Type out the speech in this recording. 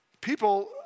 people